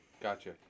gotcha